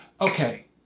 Okay